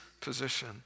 position